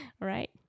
Right